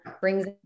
brings